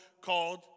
called